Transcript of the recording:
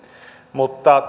mutta